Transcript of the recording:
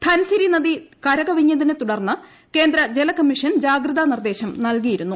ധൻസിരി നദി കരകവിഞ്ഞ്തിനെ തുടർന്ന് കേന്ദ്ര ജലകമ്മീഷൻ ജാഗ്രതാ നിർദ്ദേശം നൽകിയിരുന്നു